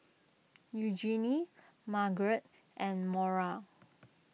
Eugenie Margaret and Maura